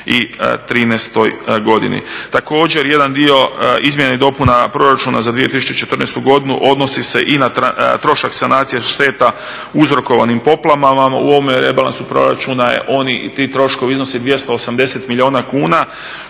2013. godini. Također jedan dio izmjena i dopuna proračuna za 2014. godinu odnosi se i na trošak sanacije šteta uzrokovanim poplavama. U ovome rebalansu proračuna ti troškovi iznose 280 milijuna kuna